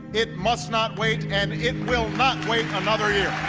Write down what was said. it must not wait, and it will not wait another year.